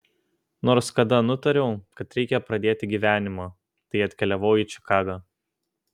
nors kada nutariau kad reikia pradėti gyvenimą tai atkeliavau į čikagą